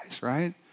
right